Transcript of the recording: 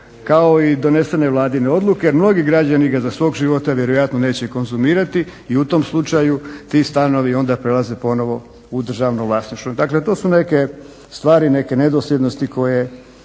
kao i donesene vladine odluke. Mnogi građani ga za svog života vjerojatno neće konzumirati i u tom slučaju ti stanovi onda prelaze ponovo u državno vlasništvo. Dakle to su neke stvari neke nedosljednosti koje